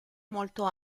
molto